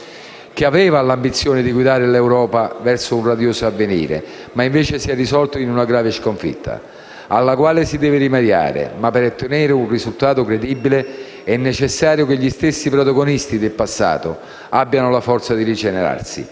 che aveva l'ambizione di guidare l'Europa verso un radioso avvenire ed invece si è risolto in una grave sconfitta, alla quale si deve rimediare. Ma per ottenere un risultato credibile è necessario che gli stessi protagonisti del passato abbiano la forza di rigenerarsi